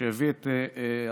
שהביא את המשנה,